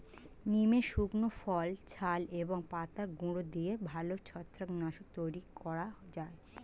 নিমের শুকনো ফল, ছাল এবং পাতার গুঁড়ো দিয়ে ভালো ছত্রাক নাশক তৈরি করা যায়